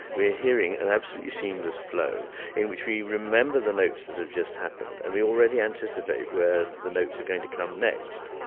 we're hearing an absolutely seamless flow in which we remember the notes that have just happened and we already anticipate where the notes are going to come next